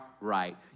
right